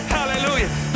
Hallelujah